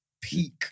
Peak